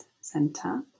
center